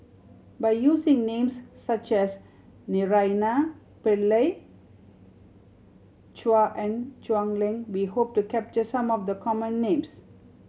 by using names such as Naraina Pillai Chua and Quek Ling we hope to capture some of the common names